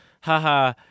Haha